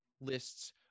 lists